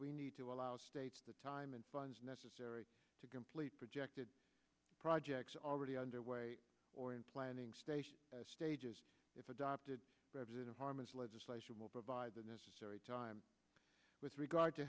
we need to allow states the time and funds necessary to complete projected projects already underway or in planning stage stages if adopted president harman's legislation will provide the necessary time with regard to